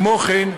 כמו כן,